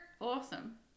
Awesome